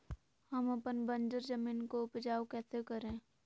हम अपन बंजर जमीन को उपजाउ कैसे करे?